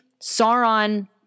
Sauron